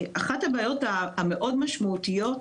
אחת הבעיות המאוד משמעותיות,